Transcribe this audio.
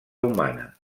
humana